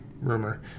rumor